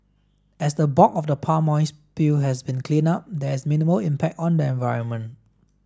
as the bulk of the palm oil spill has been cleaned up there is minimal impact on the environment